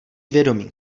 vědomí